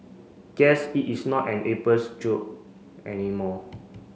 guess it is not an April's joke anymore